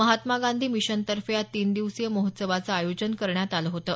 महात्मा गांधी मिशनतर्फे या तीन दिवसीय महोत्सवाचं आयोजन करण्यात आलं होतं